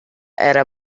era